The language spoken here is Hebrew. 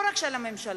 לא רק של הממשלה,